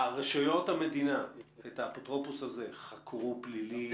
רשויות המדינה חקרו את האפוטרופוס הזה פלילית?